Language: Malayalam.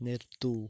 നിർത്തൂ